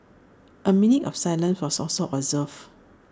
A minute of silence was also observed